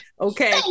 Okay